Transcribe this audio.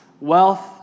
wealth